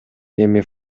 эми